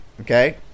okay